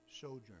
sojourn